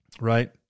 right